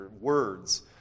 words